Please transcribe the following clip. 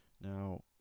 now